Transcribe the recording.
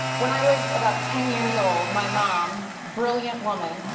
when i was about ten years old, my mom, brilliant woman,